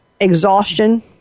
Exhaustion